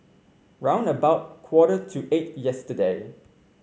round about quarter to eight yesterday